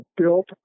built